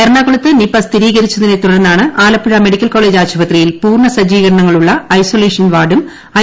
എ്റ്റണാ്കുളത്ത് നിപ്പ സ്ഥിരീകരിച്ചതിനെ തുടർന്നാണ് ആലപ്പുഴ മെഡിക്കൽ കോളേജ് ആശുപത്രിയിൽ പൂർണ്ണ സജ്ജീകരണങ്ങളുള്ള ഏഎസൊലേഷൻ വാർഡും ഐ